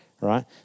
right